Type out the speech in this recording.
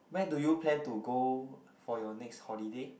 where do you plan to go for your next holiday